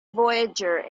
voyager